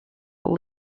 all